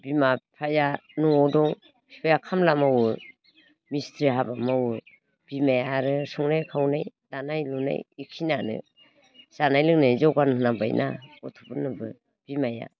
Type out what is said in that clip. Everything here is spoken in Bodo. बिमा बिफाया न'वाव दं बिफाया खामला मावो मिस्ट्रि हाबा मावो बिमाया आरो संनाय खावनाय दानाय लुनाय बेखिनियानो जानाय लोंनाय जगार होनांबाय ना गथ'फोरनोबो बिमाया